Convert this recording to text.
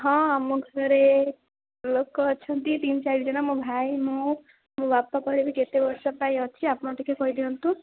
ହଁ ଆମ ଘରେ ଲୋକ ଅଛନ୍ତି ତିନି ଚାରି ଜଣ ମୋ ଭାଇ ମୁଁ ମୋ ବାପା ପଳାଇବେ କେତେ ବର୍ଷ ପାଇଁ ଅଛି ଆପଣ ଟିକେ କହି ଦିଅନ୍ତୁ